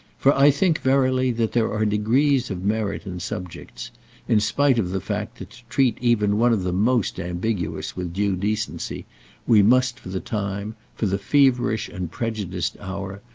for i think, verily, that there are degrees of merit in subjects in spite of the fact that to treat even one of the most ambiguous with due decency we must for the time, for the feverish and prejudiced hour,